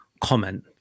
comment